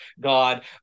God